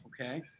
okay